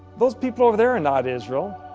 those people over there are not israel.